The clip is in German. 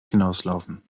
hinauslaufen